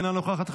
אינה נוכחת,